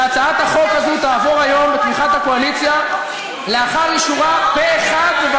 אתה רוצה לתת לגיטימציה לשוד לאור היום,